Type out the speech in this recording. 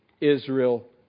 Israel